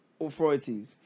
authorities